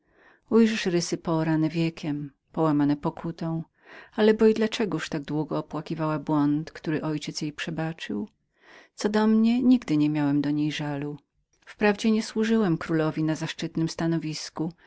ujrzysz rysy poorane wiekiem połamane pokutą ale bo i dla czegoż tak długo żałowała za błąd który ojciec jej przebaczył co do mnie nigdy nie miałem do niej żalu jeżeli nie służyłem królowi na szczytnym